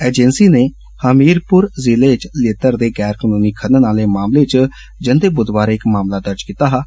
agency नै हमीरपुर जिले च रेत दे गैर कनूनी खनन आह्ले मामले च जंदे बुधवारें इक मामला दर्ज कीता हा